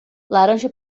laranja